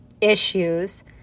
issues